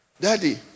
daddy